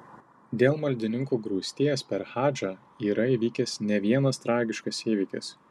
dėl maldininkų grūsties per hadžą yra įvykęs ne vienas tragiškas įvykis